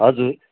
हजुर